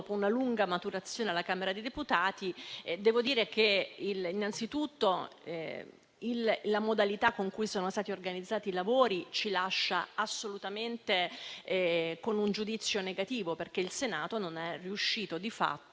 dopo una lunga maturazione alla Camera dei deputati. Devo dire che innanzi tutto la modalità con cui sono stati organizzati i lavori ci porta assolutamente ad un giudizio negativo. Il Senato non è riuscito di fatto